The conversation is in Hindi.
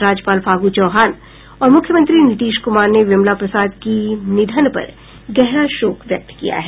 राज्यपाल फागू चौहान और मुख्यमंत्री नीतीश कुमार ने विमला प्रसाद की निधन पर गहरा शोक व्यक्त किया है